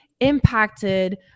impacted